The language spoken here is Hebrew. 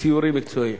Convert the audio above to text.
בסיורים מקצועיים,